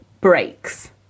breaks